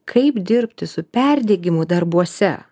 kaip dirbti su perdegimu darbuose